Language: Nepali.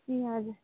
ए हजुर